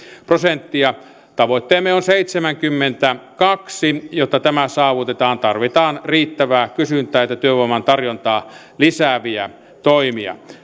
prosenttia tavoitteemme on seitsemänkymmentäkaksi jotta tämä saavutetaan tarvitaan riittävää kysyntää ja työvoiman tarjontaa lisääviä toimia